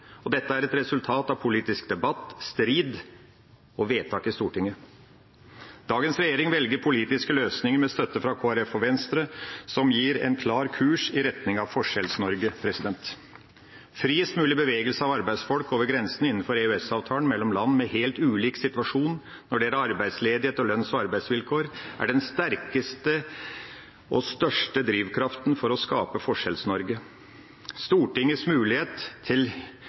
og det er et resultat av politisk debatt, strid og vedtak i Stortinget. Dagens regjering velger, med støtte fra Kristelig Folkeparti og Venstre, politiske løsninger som gir en klar kurs i retning av Forskjells-Norge. Friest mulig bevegelse av arbeidsfolk over grensene innenfor EØS-avtalen mellom land med helt ulik situasjon når det gjelder arbeidsledighet og lønns- og arbeidsvilkår, er den sterkeste og største drivkraften for å skape Forskjells-Norge. Stortingets mulighet til